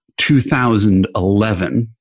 2011